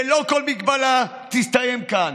ללא כל הגבלה, יסתיים כאן.